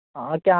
ആ ഓക്കെ